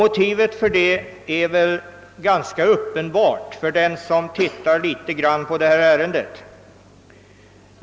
Motivet för det är ganska uppenbart för den som litet närmare sätter sig in i detta ärende.